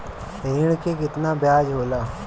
ऋण के कितना ब्याज होला?